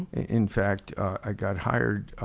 in fact i got hired